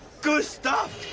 good stuff!